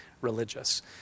religious